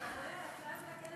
אתה רואה?